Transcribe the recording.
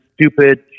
stupid